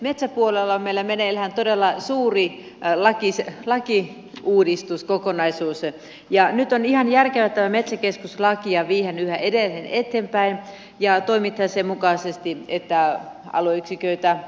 metsäpuolella on meillä meneillään todella suuri lakiuudistuskokonaisuus ja nyt on ihan järkevää että tätä metsäkeskus lakia viedään yhä edelleen eteenpäin ja toimitaan sen mukaisesti että esimerkiksi